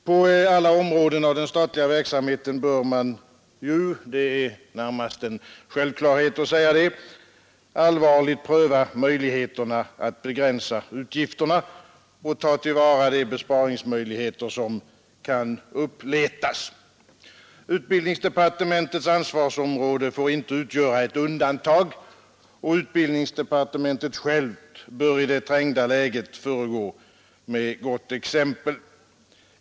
På alla områden av den statliga verksamheten bör man ju — det är närmast en självklarhet att säga det — allvarligt pröva möjligheterna att begränsa utgifterna och ta till vara de besparingsmöjligheter som kan uppletas. Utbildningsdepartementets ansvarsområde får inte utgöra ett undantag, och utbildningsdepartementet självt bör i det trängda läget föregå med gott exempel.